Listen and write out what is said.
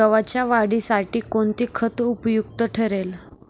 गव्हाच्या वाढीसाठी कोणते खत उपयुक्त ठरेल?